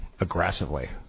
aggressively